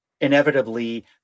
inevitably